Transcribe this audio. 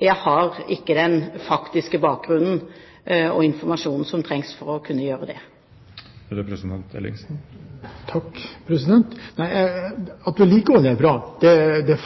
Jeg har ikke den faktiske bakgrunnen og informasjonen som trengs for å kunne gjøre det. At vedlikeholdet er bra,